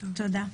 תודה.